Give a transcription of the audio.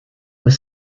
was